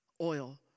oil